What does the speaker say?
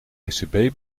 ecb